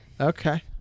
Okay